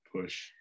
push